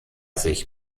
sich